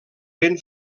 ben